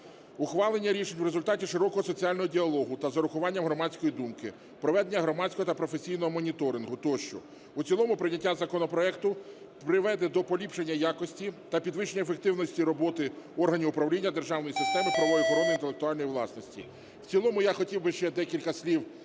ухвалення рішень в результаті широкого соціального діалогу та з урахуванням громадської думки, проведення громадського та професійного моніторингу тощо. В цілому прийняття законопроекту призведе до поліпшення якості та підвищення ефективності роботи органів управління державної системи правової охорони інтелектуальної власності. В цілому я хотів би ще декілька слів